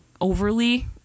overly